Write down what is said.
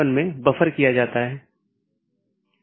update message मूल रूप से BGP साथियों के बीच से रूटिंग जानकारी है